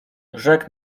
rzekł